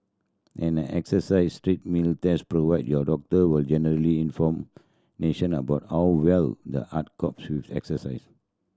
an exercise treadmill test provide your doctor with general information about how well the heart copes with exercise